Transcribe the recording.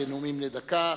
אלה נאומים בני דקה.